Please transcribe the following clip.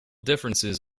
differences